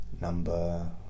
number